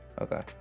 Okay